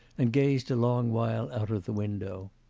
and gazed a long while out of the window.